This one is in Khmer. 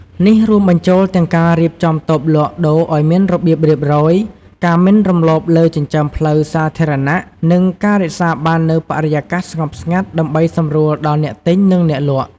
នេះរួមបញ្ចូលទាំងការរៀបចំតូបលក់ដូរឱ្យមានរបៀបរៀបរយ ការមិនរំលោភលើចិញ្ចើមផ្លូវសាធារណៈ និងការរក្សាបាននូវបរិយាកាសស្ងប់ស្ងាត់ដើម្បីសម្រួលដល់អ្នកទិញ និងអ្នកលក់។